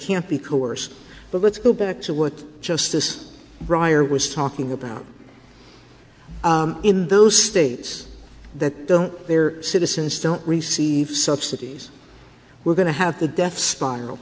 can't be coerced but let's go back to what justice briar was talking about in those states that don't their citizens don't receive subsidies we're going to have the death s